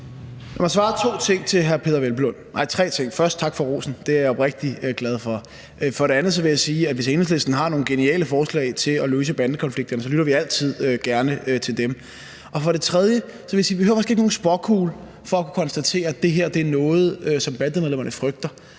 Lad mig svare tre ting til hr. Peder Hvelplund. For det første tak for rosen – den er jeg oprigtigt glad for. For det andet vil jeg sige, at hvis Enhedslisten har nogle geniale forslag til at løse bandekonflikterne, så lytter vi altid gerne til dem. For det tredje vil jeg sige, at vi måske ikke behøver nogen spåkugle for at kunne konstatere, at det her er noget, som bandemedlemmerne frygter.